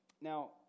Now